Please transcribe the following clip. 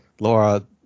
Laura